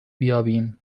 بیابیم